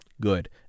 good